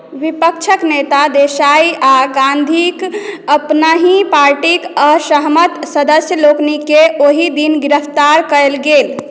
विपक्षक नेता देसाइ आ गान्धीक अपनहि पार्टीक असहमत सदस्य लोकनिकेँ ओही दिन गिरफ्तार कयल गेल